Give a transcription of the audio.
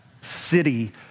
city